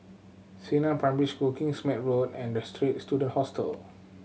Xingnan Primary School Kingsmead Road and The Straits Student Hostel